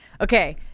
Okay